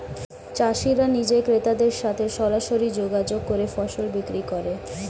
চাষিরা নিজে ক্রেতাদের সাথে সরাসরি যোগাযোগ করে ফসল বিক্রি করে